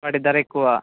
వాటి ధరెక్కువ